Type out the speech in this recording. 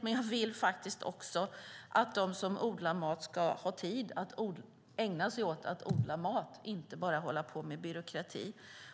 Men jag vill också att de som odlar mat ska ha tid att ägna sig åt att odla mat och inte bara hålla på med byråkrati.